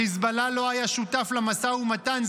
חיזבאללה לא היה שותף למשא ומתן,